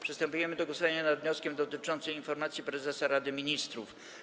Przystępujemy do głosowania nad wnioskiem dotyczącym informacji prezesa Rady Ministrów.